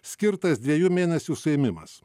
skirtas dviejų mėnesių suėmimas